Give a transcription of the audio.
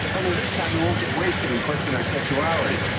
only this time we won't get wasted in question our sexuality.